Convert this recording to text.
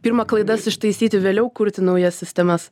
pirma klaidas ištaisyti vėliau kurti naujas sistemas